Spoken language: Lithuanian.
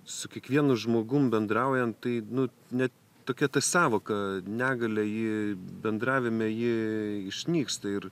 su kiekvienu žmogum bendraujant tai nu net tokia ta sąvoka negalia ji bendravime ji išnyksta ir